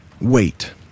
Wait